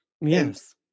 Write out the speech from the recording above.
Yes